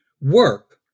work